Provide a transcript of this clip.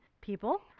people